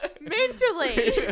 Mentally